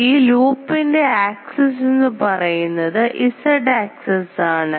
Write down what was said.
ഈ ലൂപ്പിൻറെ ആക്സസ് എന്നു പറയുന്നത് Z ആക്സസ് ആണ്